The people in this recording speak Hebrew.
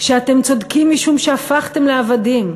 שאתם צודקים משום שהפכתם לעבדים.